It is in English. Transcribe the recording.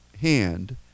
hand